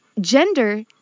gender